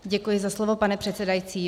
Děkuji za slovo, pane předsedající.